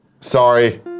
Sorry